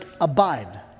abide